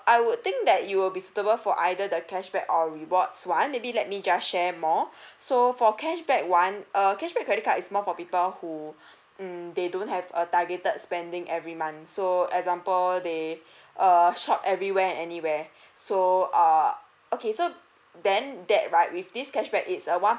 I would think that you will be suitable for either the cashback or rewards one maybe let me just share more so for cashback one err cashback credit card is more for people who mm they don't have a targeted spending every month so example they err short everywhere and anywhere so err okay so ben that right with this cashback it's a one